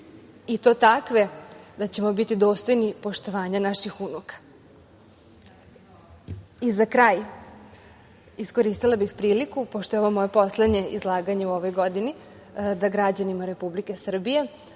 i to takve da ćemo biti dostojni poštovanja naših unuka.Za kraj iskoristila bih priliku, pošto je ovo moje poslednje izlaganje u ovoj godini da građanima Republike Srbije